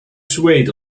swayed